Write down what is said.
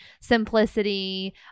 simplicity